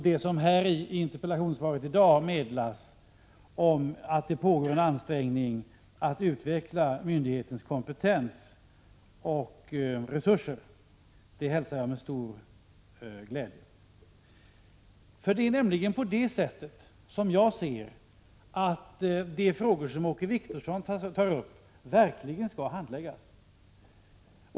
Det som i interpellationssvaret här i dag meddelas om att det pågår en ansträngning för att utveckla myndighetens kompetens och resurser hälsar jag med stor glädje. De frågor som Åke Wictorsson tar upp skall nämligen handläggas där.